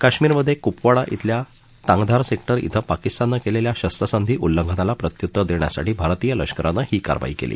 काश्मीरमध्ये कुपवाडा धिल्या तांगधार सेक्टर धिं पाकिस्ताननं केलेल्या शस्त्रसंधी उल्लंघनाला प्रत्युत्तर देण्यासाठी भारतीय लष्करानं ही कारवाई केली